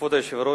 כבוד היושב-ראש,